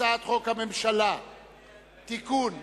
הצעת חוק הממשלה (תיקון,